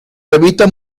revista